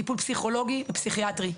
טיפול פסיכולוגי ופסיכיאטרי.